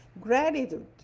Gratitude